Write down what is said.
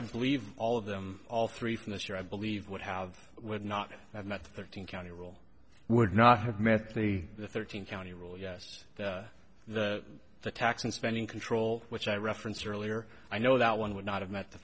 i believe all of them all three from this year i believe would have would not have met thirteen county rule would not have met the the thirteen county rule yes the the tax and spending control which i referenced earlier i know that one would not have met the